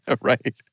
right